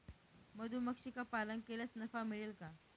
मधुमक्षिका पालन केल्यास नफा मिळेल का?